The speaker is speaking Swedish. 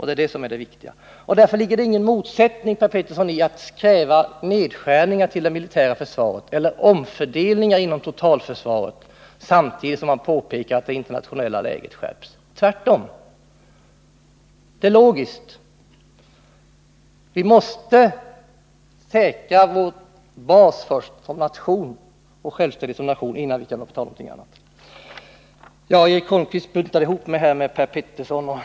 Därför ligger det, Per Petersson, ingen motsättning i att man kräver nedskärningar i det militära försvaret eller omfördelningar inom totalförsva ret samtidigt som man påpekar att det internationella läget har skärpts. Tvärtom är det logiskt. Det viktigaste är att vi säkrar basen för vår självständighet som nation. Eric Holmqvist buntade ihop mig med Per Petersson.